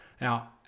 Now